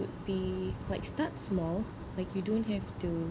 would be like start small like you don't have to